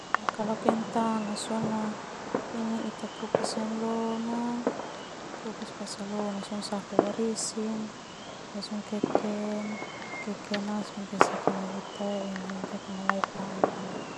Ita kukus heni lona safe barisi kekena sona panggang.